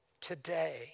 today